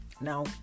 now